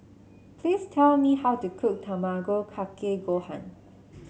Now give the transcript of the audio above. please tell me how to cook Tamago Kake Gohan